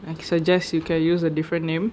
I suggest you can use a different name